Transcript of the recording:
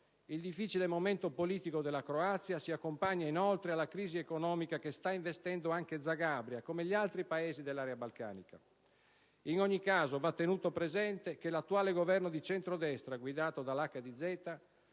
Il difficile momento politico della Croazia si accompagna, inoltre alla crisi economica, che sta investendo anche Zagabria come gli altri Paesi dell'area balcanica. In ogni caso, va tenuto presente che l'attuale Governo di centrodestra guidato dall'HDZ,